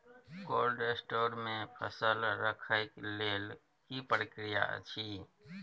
Cold store मे फसल रखय लेल की प्रक्रिया अछि?